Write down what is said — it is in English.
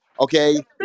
okay